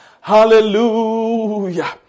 hallelujah